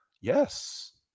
Yes